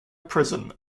prison